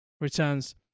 returns